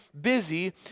busy